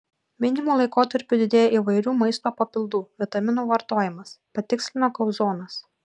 minimu laikotarpiu didėja įvairių maisto papildų vitaminų vartojimas patikslina kauzonas